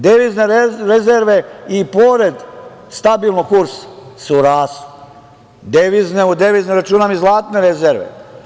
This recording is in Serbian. Devizne rezerve i pored stabilnog kursa su rasle, u devizne računam i zlatne rezerve.